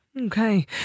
Okay